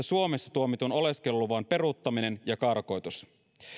suomessa tuomitun oleskeluluvan peruuttaminen ja karkoitus